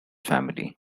family